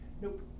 Nope